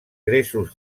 gresos